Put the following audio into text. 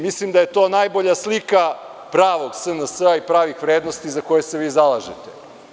Mislim da je to najbolja slika pravog SNS-a i pravih vrednosti za koje se vi zalažete.